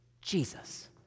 Jesus